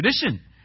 tradition